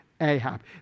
Ahab